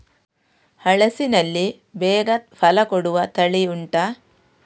ಹಲಸಿನಲ್ಲಿ ಬೇಗ ಫಲ ಕೊಡುವ ತಳಿ ಉಂಟಾ